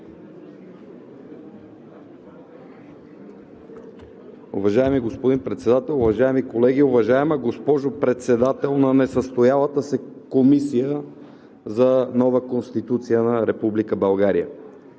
Уважаеми господин Председател, уважаеми колеги! Уважаема госпожо Председател на несъстоялата се Комисия за нова Конституция на република